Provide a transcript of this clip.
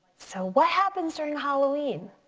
so what happens during halloween?